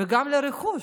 וגם לרכוש.